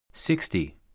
Sixty